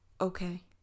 Okay